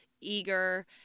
eager